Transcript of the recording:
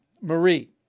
Marie